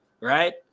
right